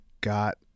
got